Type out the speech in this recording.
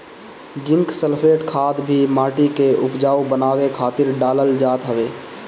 zinc sulphate खाद भी माटी के उपजाऊ बनावे खातिर डालल जात हवे